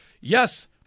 Yes